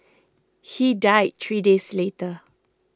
he died three days later